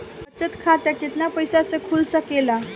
बचत खाता केतना पइसा मे खुल सकेला?